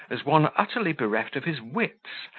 as one utterly bereft of his wits,